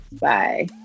Bye